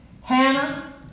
Hannah